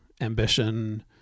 ambition